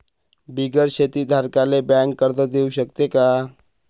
बिगर शेती धारकाले बँक कर्ज देऊ शकते का?